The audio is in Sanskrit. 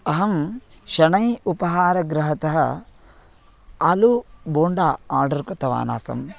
अहं शणै उपहारगृहतः आलूबोण्डा आर्डर् कृतवानासम्